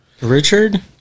Richard